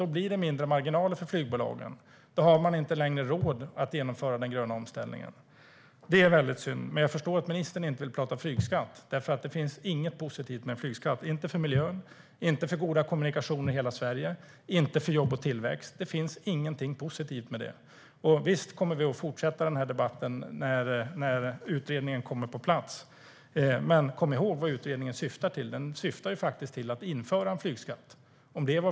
Då blir marginalerna mindre för flygbolagen, och de har inte längre råd att genomföra den gröna omställningen. Det är synd. Jag förstår att ministern inte vill prata flygskatt därför att det inte finns något positivt med flygskatt, inte för miljön, inte för goda kommunikationer i hela Sverige, inte för jobb och tillväxt. Det finns ingenting positivt med flygskatt. Visst kommer vi att fortsätta debatten när utredningen kommer på plats. Men kom ihåg vad utredningen syftar till. Den syftar faktiskt till att införa en flygskatt.